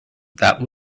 that